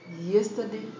yesterday